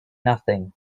nothing